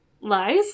lies